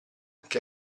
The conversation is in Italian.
che